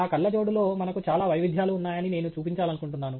ఆ కళ్ళ జోడు లో మనకు చాలా వైవిధ్యాలు ఉన్నాయని నేను చూపించాలనుకుంటున్నాను